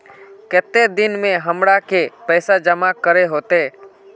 केते दिन में हमरा के पैसा जमा करे होते?